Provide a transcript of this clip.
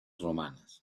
romanas